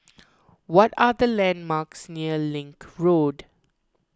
what are the landmarks near Link Road